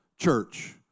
church